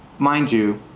mind you,